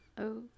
Okay